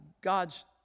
God's